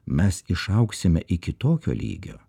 mes išaugsime iki tokio lygio